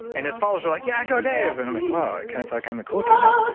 and his followers were like, yeah, go dave. and i'm like, wow, i kind of feel like i'm the cool kid now.